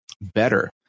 better